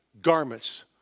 garments